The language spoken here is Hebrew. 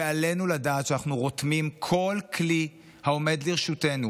עלינו לדעת שאנחנו רותמים כל כלי העומד לרשותנו